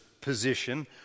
position